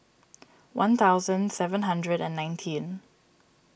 one thousand seven hundred and nineteen